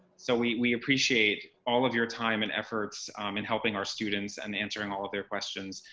so we appreciate all of your time and efforts in helping our students and answering all of their questions.